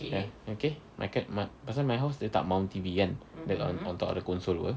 ya okay pasal my house dia tak mount T_V kan then on on top the console [pe]